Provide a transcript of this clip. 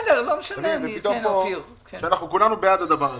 ופתאום פה כולנו בעד הדבר הזה.